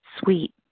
sweet